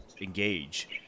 engage